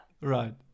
right